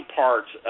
parts